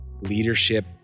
leadership